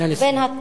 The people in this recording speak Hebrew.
נא לסיים.